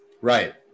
Right